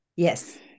Yes